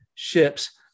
ships